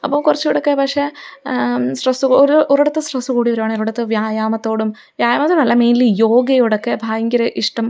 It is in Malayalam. അപ്പോള് കുറച്ചുകൂടെയൊക്കെ പക്ഷേ സ്ട്രെസ് ഒരു ഒരിടത്ത് സ്ട്രെസ് കൂടിവരുവാണെങ്കില് ഒരിടത്ത് വ്യായമത്തോടും വ്യായാമത്തോടല്ല മെയിൻലി യോഗയോടൊക്കെ ഭയങ്കര ഇഷ്ടം